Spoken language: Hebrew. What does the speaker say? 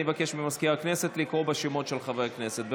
אני מבקש ממזכיר הכנסת לקרוא בשמות של חברי הכנסת,